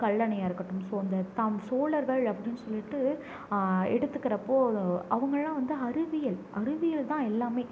கல்லணையாக இருக்கட்டும் ஸோ இந்த தம் சோழர்கள் அப்படின் சொல்லிட்டு எடுத்துக்கிறப்போ அவங்கழ்லா வந்து அறிவியல் அறிவியல் தான் எல்லாமே